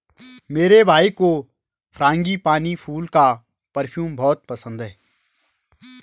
मेरे भाई को फ्रांगीपानी फूल का परफ्यूम बहुत पसंद है